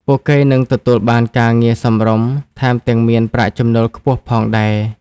ពួកគេនឹងទទួលបានការងារសមរម្យ ថែមទាំងមានប្រាក់ចំណូលខ្ពស់ផងដែរ។